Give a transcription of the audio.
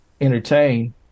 entertain